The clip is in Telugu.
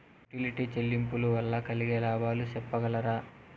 యుటిలిటీ చెల్లింపులు వల్ల కలిగే లాభాలు సెప్పగలరా?